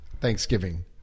Thanksgiving